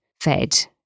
fed